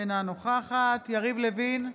אינה נוכחת יריב לוין,